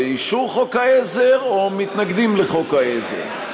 באישור חוק העזר או מתנגדים לחוק העזר?